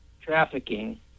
trafficking